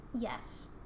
Yes